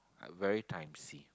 I very times see